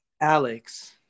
Alex